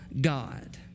God